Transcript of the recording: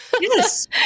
Yes